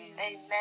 Amen